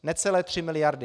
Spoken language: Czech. Necelé 3 miliardy!